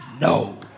No